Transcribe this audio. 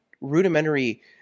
rudimentary